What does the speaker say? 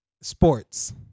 sports